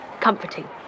comforting